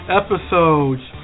episodes